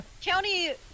county